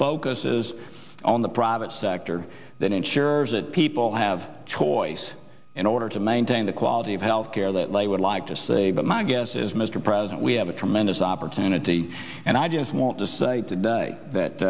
focuses on the private sector that ensures that people have choice in order to maintain the quality of healthcare that they would like to say but my guess is mr president we have a tremendous opportunity and i just want to say